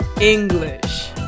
English